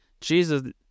Jesus